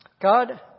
God